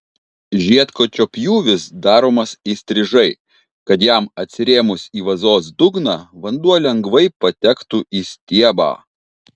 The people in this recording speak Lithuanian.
žiedkočio pjūvis daromas įstrižai kad jam atsirėmus į vazos dugną vanduo lengvai patektų į stiebą